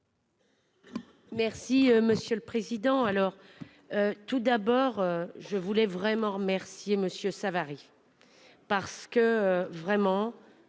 Merci, monsieur le Président alors. Tout d'abord je voulais vraiment remercier Monsieur Savary. Parce que vraiment